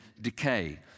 decay